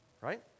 right